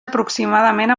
aproximadament